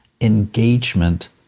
engagement